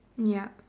yup